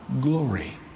Glory